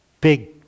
big